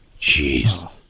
jeez